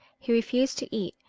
he refused to eat,